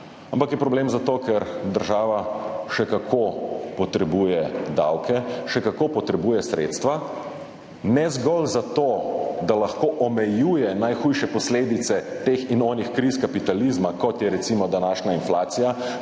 ampak je problem zato, ker država še kako potrebuje davke, še kako potrebuje sredstva. Ne zgolj zato, da lahko omejuje najhujše posledice teh in onih kriz kapitalizma, kot je recimo današnja inflacija,